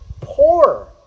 poor